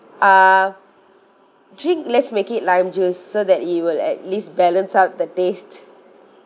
uh drink let's make it lime juice so that it will at least balance out the taste